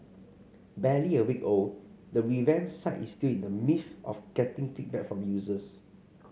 barely a week old the revamped site is still in the midst of getting feedback from users